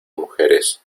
mujeres